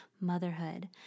motherhood